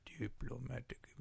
Diplomatic